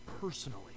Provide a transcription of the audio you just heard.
personally